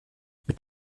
mit